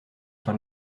fin